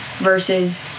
versus